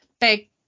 big